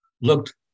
looked